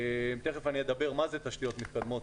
תכף אני אומר מה זה תשתיות מתקדמות,